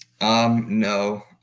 No